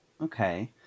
Okay